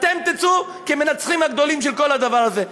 אתם תצאו כמנצחים הגדולים של כל הדבר הזה.